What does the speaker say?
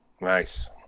Nice